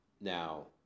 Now